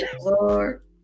Lord